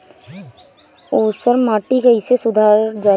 ऊसर माटी कईसे सुधार जाला?